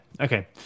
Okay